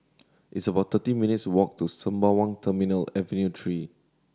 it's about thirty minutes' walk to Sembawang Terminal Avenue Three